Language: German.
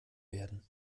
werden